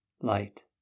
light